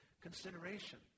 consideration